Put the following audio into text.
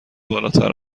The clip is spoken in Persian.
بالاتر